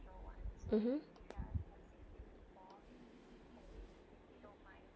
mmhmm